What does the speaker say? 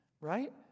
right